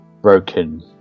broken